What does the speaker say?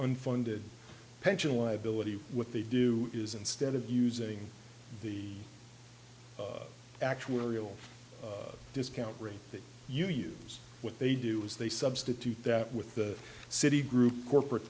unfunded pension liability what they do is instead of using the actuarial discount rate that you use what they do is they substitute that with the citi group corporate